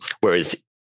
Whereas